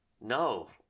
no